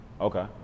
okay